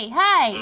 hi